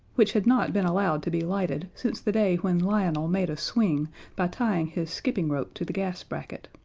which had not been allowed to be lighted since the day when lionel made a swing by tying his skipping rope to the gas bracket.